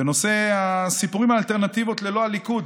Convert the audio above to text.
בנושא הסיפור עם האלטרנטיבות ללא הליכוד.